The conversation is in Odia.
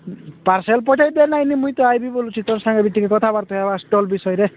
ପାର୍ସଲ୍ ପଠାଇବେ ନାହିଁ ମୁଇଁ ତ ଆଷି ବୋଲୁଛି ତୋ ସାଙ୍ଗରେ କଥାବାର୍ତ୍ତା ହେବା ଷ୍ଟଲ୍ ବିଷୟରେ